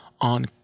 on